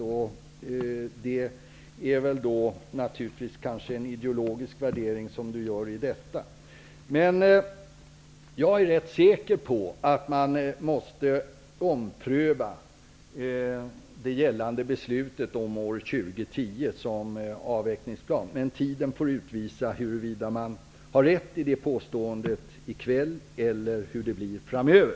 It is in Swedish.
Men det ligger förmodligen en ideologisk värdering i det. Jag är ganska säker på att man måste ompröva det gällande beslutet om avvecklingsplanen med år 2010. Tiden får utvisa om man har rätt i det påståendet i kväll och hur det blir framöver.